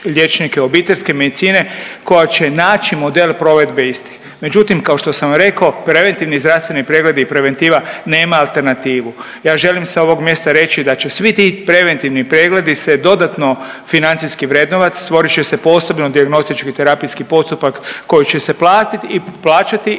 obiteljske medicine koja će naći model provedbe istih. Međutim, kao što sam rekao preventivni zdravstveni pregledi i preventiva nema alternativu. Ja želim sa ovog mjesta reći da će svi ti preventivni pregledi se dodatno financijski vrednovati, stvorit će se posebno dijagnostički terapijski postupak koji će se platiti,